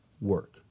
work